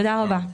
תודה רבה.